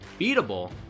Beatable